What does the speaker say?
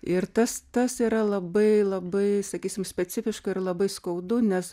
ir tas tas yra labai labai sakysim specifiška ir labai skaudu nes